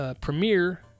premiere